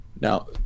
Now